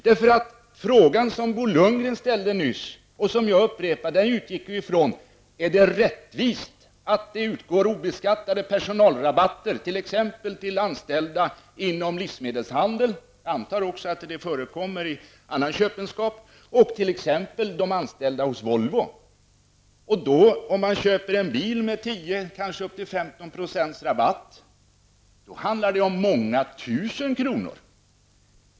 Den fråga som Bo Lundgren ställde nyss, och som jag upprepade, gällde om det är rättvist att det utgår obeskattade personalrabatter till anställda inom livsmedelshandeln -- jag antar att det också förekommer i annan köpenskap -- och t.ex. till de anställda hos Volvo. Om man köper en bil med 10-- 15 % rabatt, handlar det om många tusen kronor.